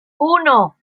uno